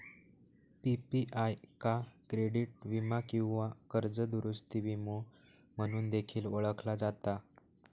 PPI का credit वीमा किंवा कर्ज दुरूस्ती विमो म्हणून देखील ओळखला जाता